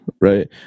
right